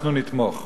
אנחנו נתמוך בו.